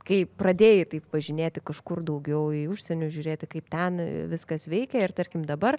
kai pradėjai taip važinėti kažkur daugiau į užsieniu žiūrėti kaip ten viskas veikia ir tarkim dabar